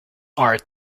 are